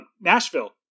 Nashville